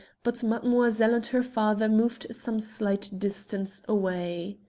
but mademoiselle and her father moved some slight distance away.